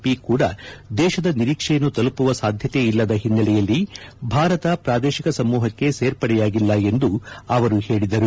P ಕೂಡ ದೇಶದ ನಿರೀಕ್ಷೆಯನ್ನು ತಲುಪುವ ಸಾಧ್ಯತೆಯಿಲ್ಲದ ಹಿನ್ನೆಲೆಯಲ್ಲಿ ಭಾರತ ಪ್ರಾದೇಶಿಕ ಸಮೂಹಕ್ಕೆ ಸೇರ್ಪಡೆಯಾಗಿಲ್ಲ ಎಂದು ಅವರು ಹೇಳಿದರು